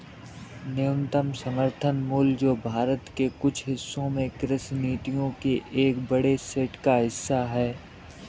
न्यूनतम समर्थन मूल्य जो भारत के कुछ हिस्सों में कृषि नीतियों के एक बड़े सेट का हिस्सा है